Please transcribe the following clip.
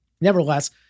nevertheless